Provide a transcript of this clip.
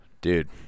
Dude